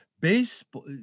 baseball